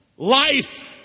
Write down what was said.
Life